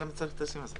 למה צריך את הסעיף הזה?